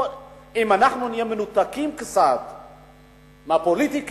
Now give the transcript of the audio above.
אם אנחנו נהיה מנותקים קצת מהפוליטיקה,